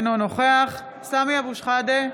אינו נוכח סמי אבו שחאדה,